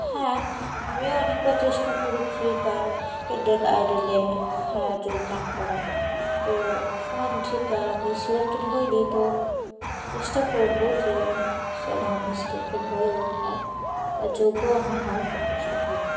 হ্যাঁ আমিও অনেকবার চেষ্টা করেছি তার ইন্ডিয়ান আইডলে হ্যাঁ যোগদান করার তো এখনও অবধি তা আমি সিলেক্টেড হইনি তো চেষ্টা করব যে যেন আমি সিলেক্টেড হই এবং তার যোগ্য আমি হওয়ার চেষ্টা করব